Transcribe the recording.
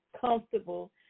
comfortable